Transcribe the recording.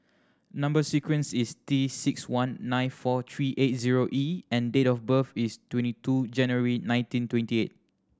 number sequence is T six one nine four three eight zero E and date of birth is twenty two January nineteen twenty eight